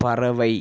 பறவை